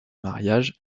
mariage